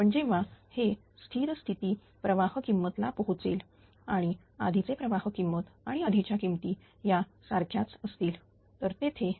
पण जेव्हा हे स्थिर स्थिती प्रवाह किंमत ला पोहोचेल आणि आधीचे प्रवाह किंमत आणि आधीच्या किमती त्या सारख्याच असतील तर तेथे